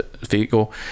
vehicle